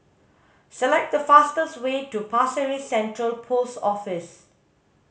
select the fastest way to Pasir Ris Central Post Office